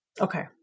Okay